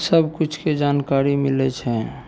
सबकिछुके जानकारी मिलै छै